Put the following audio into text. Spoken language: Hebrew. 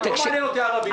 לא מעניינים אותי הערבים.